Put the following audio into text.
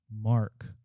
mark